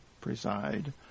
preside